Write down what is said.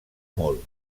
molt